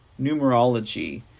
Numerology